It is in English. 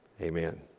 Amen